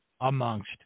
amongst